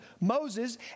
Moses